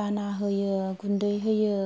दाना होयो गुन्दै होयो